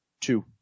Two